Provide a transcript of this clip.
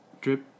drip